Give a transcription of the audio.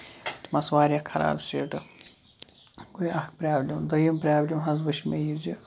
تِم آسہٕ واریاہ خراب سیٖٹہٕ گٔے اکھ پرابلِم دٔیِم پرابلِم حظ وٕچھ مےٚ یہِ زِ